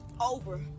over